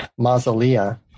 mausolea